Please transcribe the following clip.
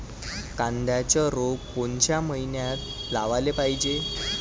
कांद्याचं रोप कोनच्या मइन्यात लावाले पायजे?